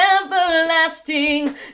everlasting